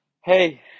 hey